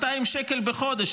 200 שקל בחודש,